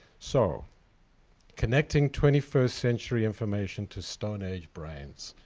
so connecting twenty first century information to stone-age brains.